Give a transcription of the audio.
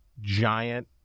giant